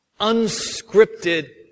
unscripted